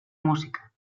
música